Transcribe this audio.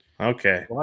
okay